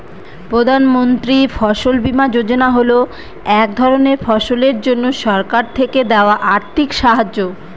প্রধান মন্ত্রী ফসল বীমা যোজনা হল এক ধরনের ফসলের জন্যে সরকার থেকে দেওয়া আর্থিক সাহায্য